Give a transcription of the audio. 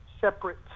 separate